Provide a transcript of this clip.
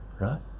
right